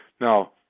Now